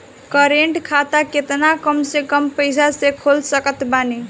Current खाता केतना कम से कम पईसा से खोल सकत बानी?